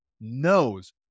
knows